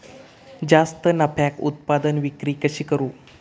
जास्त नफ्याक उत्पादन विक्री कशी करू?